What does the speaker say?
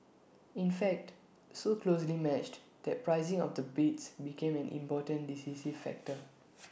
in fact so closely matched that pricing of the bids became an important decisive factor